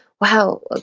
wow